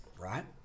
right